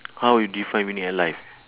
how you define winning at life